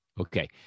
Okay